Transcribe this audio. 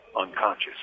unconscious